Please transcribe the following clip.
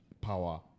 power